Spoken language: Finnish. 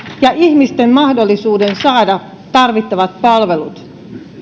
ja ihmisten mahdollisuuden saada tarvittavat palvelut